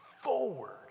forward